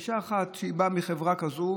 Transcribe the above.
אישה אחת שבאה מחברה כזאת,